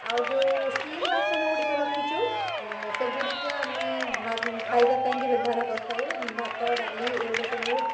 ଆଉ ଯେଉଁ ଷ୍ଟିଲ୍ ବାସନ ଗୁଡ଼ିକ ରଖିଛୁ ସେଗୁଡ଼ିକ ଆମେ ଖାଇବା ପାଇଁକି ବ୍ୟବହାର କରିଥାଉ ଭାତ ଡାଲି ଏଗୁଡ଼ା ସବୁ